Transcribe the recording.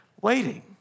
waiting